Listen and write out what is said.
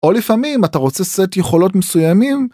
או לפעמים אתה רוצה סט יכולות מסוימים